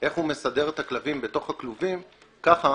איך הוא מסדר את הכלבים בתוך הכלובים ככה